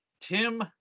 tim